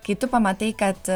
kai tu pamatai kad